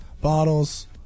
bottles